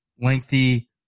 lengthy